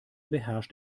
beherrscht